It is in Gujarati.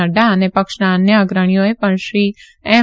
નડ્ડા અને પક્ષના અન્ય અગ્રણીઓએ પણ શ્રી એમ